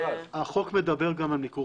החוק מדבר גם על מיקור